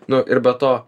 nu ir be to